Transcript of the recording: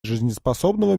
жизнеспособного